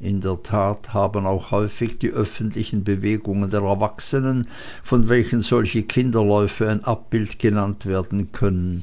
in der tat haben auch häufig die öffentlichen bewegungen der erwachsenen von welchen solche kinderaufläufe ein abbild genannt werden können